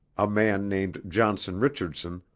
a man named johnson richardson,